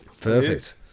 perfect